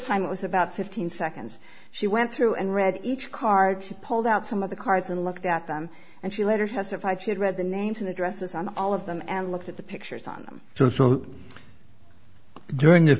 time it was about fifteen seconds she went through and read each card pulled out some of the cards and looked at them and she later testified she had read the names and addresses on all of them and looked at the pictures on them during th